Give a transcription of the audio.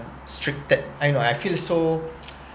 constricted I know I feel so